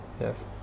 Yes